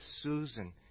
Susan